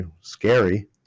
scary